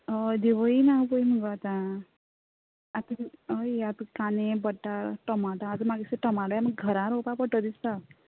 हय देंवयना पळय मुगो आतां आतां हय आतां कांदे बटाट टोमाटा म्हाका दिसता टोमाटा घरां रोवपा पडटलीं दिसता